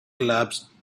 collapsed